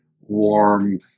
warm